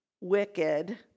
wicked